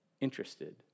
interested